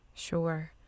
Sure